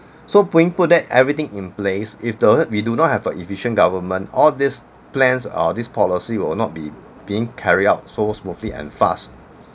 so that everything in place if uh we do not have a efficient government all this plans or this policy will not be being carried out so smoothly and fast